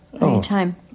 anytime